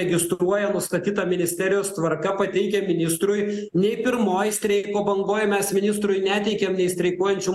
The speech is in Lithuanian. registruoja nustatyta ministerijos tvarka pateikia ministrui nei pirmoj streiko bangoj mes ministrui neteikėm nei streikuojančių